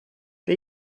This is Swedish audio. det